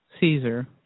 Caesar